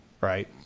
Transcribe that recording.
right